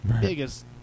biggest